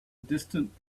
distant